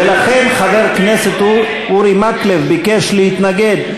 ולכן חבר כנסת אורי מקלב ביקש להתנגד.